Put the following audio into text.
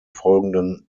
folgenden